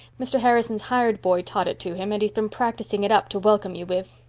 mr. harrison's hired boy taught it to him, and he's been practicing it up to welcome you with.